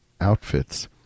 outfits